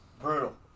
brutal